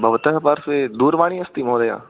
भवतः पार्श्वे दूरवाणी अस्ति महोदय